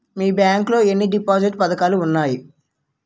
మీ bank లో ఎన్ని deposit పథకాలు ఉన్నాయి?